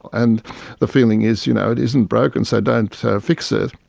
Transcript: and the feeling is you know it isn't broken, so don't fix it.